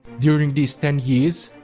during these ten years,